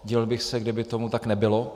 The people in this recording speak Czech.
Divil bych se, kdyby tomu tak nebylo.